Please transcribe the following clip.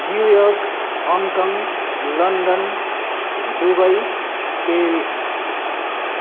new York Hong Kong London Dubai Paris